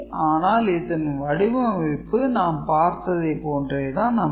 ஆனால் இதன் வடிவமைப்பு நாம் பார்த்ததைப் போன்று தான் அமையும்